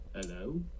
Hello